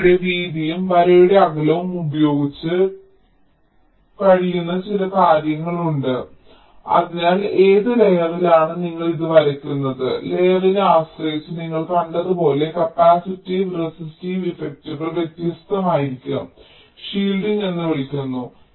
വരയുടെ വീതിയും വരയുടെ അകലവും ഉപയോഗിച്ച് കളിക്കാൻ കഴിയുന്ന ചില കാര്യങ്ങൾ ഉണ്ട് അതിനാൽ ഏത് ലെയറിലാണ് നിങ്ങൾ ഇത് വരയ്ക്കുന്നത് ലെയറിനെ ആശ്രയിച്ച് നിങ്ങൾ കണ്ടതുപോലെ കപ്പാസിറ്റീവ് റെസിസ്റ്റീവ് ഇഫക്റ്റുകൾ വ്യത്യസ്തമായിരിക്കും ഷീൽഡിംഗ് എന്ന് വിളിക്കുന്നു